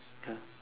yeah